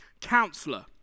counselor